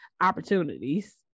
opportunities